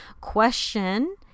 question